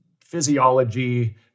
physiology